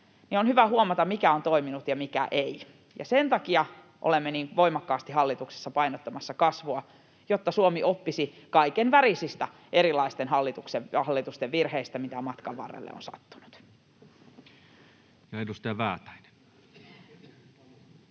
on hyvä huomata, mikä on toiminut ja mikä ei. Ja sen takia olemme niin voimakkaasti hallituksessa painottamassa kasvua: jotta Suomi oppisi — kaikenväristen — erilaisten hallitusten virheistä, mitä matkan varrelle on sattunut. [Speech